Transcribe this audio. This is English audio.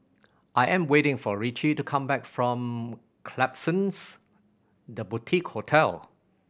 I am waiting for Ritchie to come back from Klapsons The Boutique Hotel